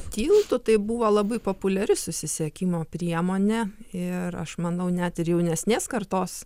tiltų tai buvo labai populiari susisiekimo priemonė ir aš manau net ir jaunesnės kartos